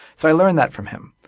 so i learned that from him.